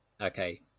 okay